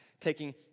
taking